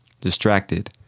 Distracted